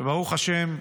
וברוך השם,